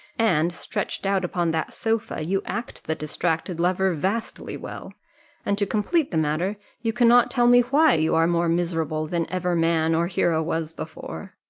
and, stretched out upon that sofa, you act the distracted lover vastly well and to complete the matter, you cannot tell me why you are more miserable than ever man or hero was before.